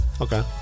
Okay